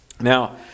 Now